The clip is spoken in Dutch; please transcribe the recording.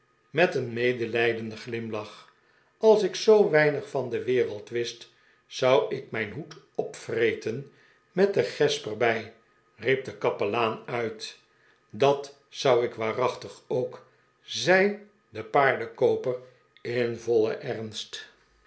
met een medelijdenden glimlach als ik zoo weinig van de wereld wist zou ik mijn hoed opvreten met de gesp er bij riep de kapelaan uit r dat zou ik waarachtig ook zei de paardenkooper in vollen ernst